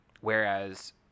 whereas